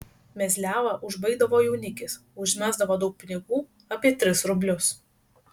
mezliavą užbaigdavo jaunikis užmesdavo daug pinigų apie tris rublius